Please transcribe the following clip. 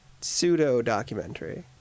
pseudo-documentary